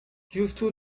giusto